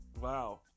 Wow